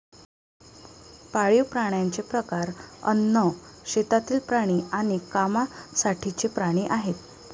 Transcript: पाळीव प्राण्यांचे प्रकार अन्न, शेतातील प्राणी आणि कामासाठीचे प्राणी आहेत